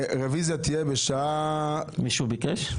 רוויזיה תהיה בשעה --- מישהו ביקש?